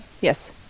Yes